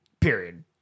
Period